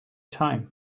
time